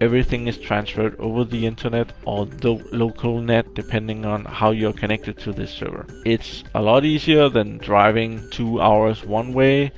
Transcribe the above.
everything is transferred over the internet or the local net, depending on how you're connected to the server. it's a lot easier than driving two hours one way,